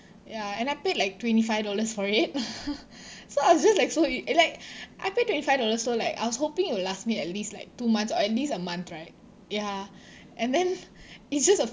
ya and I paid like twenty five dollars for it so I was just like so i~ like I paid twenty five dollars so like I was hoping it will last me at least like two months or at least a month right ya and then it's just a